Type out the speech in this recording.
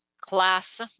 class